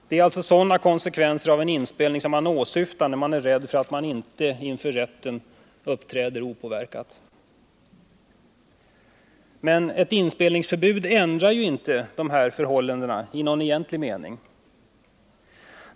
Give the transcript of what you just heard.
Det är alltså sådana konsekvenser av en inspelning som man åsyftar när man är rädd för att någon inte uppträder opåverkat inför rätten. Men ett inspelningsförbud ändrar ju inte dessa förhållanden i någon egentlig mening.